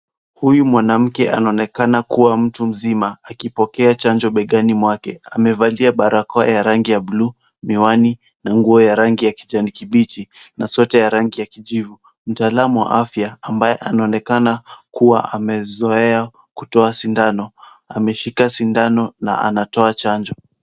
Huyu mwanamke anaonekana kuwa mtu mzima, akipokea chanjo begani mwake. Amevalia barakoa ya rangi ya blue , miwani na nguo ya rangi ya kijani kibichi, na sweta ya rangi ya kijivu. Mtaalamu wa afya , ambaye anaonekana kuwa amezoea kutoa sindano, ameshika sindano na anatoa chanjo.